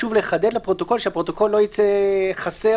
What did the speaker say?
לחדד לפרוטוקול כדי שהפרוטוקול לא ייצא חסר,